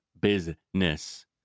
business